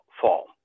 fall